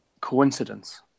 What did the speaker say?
coincidence